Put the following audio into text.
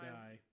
die